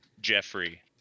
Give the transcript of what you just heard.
Jeffrey